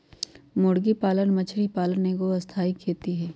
मुर्गी पालन मछरी पालन एगो स्थाई खेती हई